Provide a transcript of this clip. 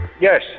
Yes